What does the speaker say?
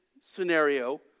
scenario